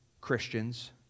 Christians